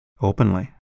openly